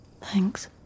Thanks